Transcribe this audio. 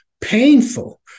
painful